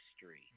history